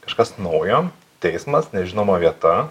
kažkas naujo teismas nežinoma vieta